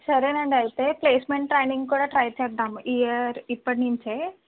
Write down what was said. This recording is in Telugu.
సరేనండి అయితే ప్లేస్మెంట్ ట్రైనింగ్ కూడా ట్రై చేద్దాం ఈ ఇయర్ ఇప్పటి నుంచే